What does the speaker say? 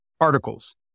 articles